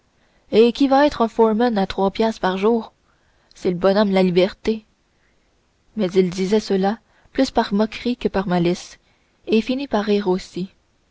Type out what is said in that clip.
et qui va être un foreman à trois piastres par jour c'est le bonhomme laliberté mais il disait cela plus par moquerie que par malice et finit par